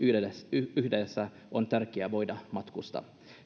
yhteydessä on tärkeää voida matkustaa